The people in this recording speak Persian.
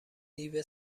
دیو